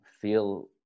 feel